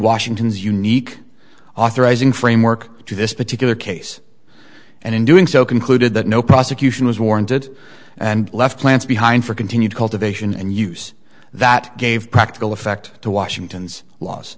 washington's unique authorizing framework to this particular case and in doing so concluded that no prosecution was warranted and left plants behind for continued cultivation and use that gave practical effect to washington's l